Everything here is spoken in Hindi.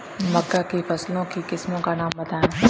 मक्का की फसल की किस्मों का नाम बताइये